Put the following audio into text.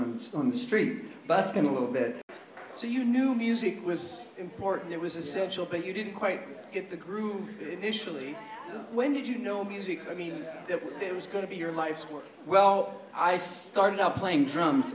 runs on the street bus going to a little bit so you knew music was important it was essential but you didn't quite get the groove initially when did you know music it was going to be your life's work well i started out playing drums